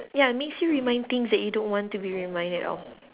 ya makes you remind things that you don't want to be reminded of